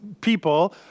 people